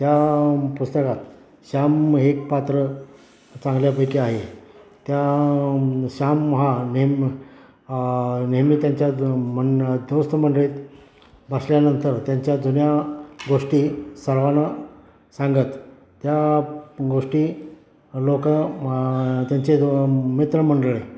त्या पुस्तकात श्याम हे पात्र चांगल्यापैकी आहे त्या श्याम हा नेहमी नेहमी त्यांच्या मं दोस्त मंडळीत बसल्यानंतर त्यांच्या जुन्या गोष्टी सर्वांना सांगत त्या गोष्टी लोकं मं त्यांचे दो मित्रमंडळी